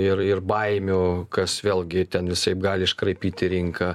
ir ir baimių kas vėlgi ten visaip gali iškraipyti rinką